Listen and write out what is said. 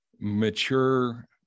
mature